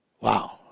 Wow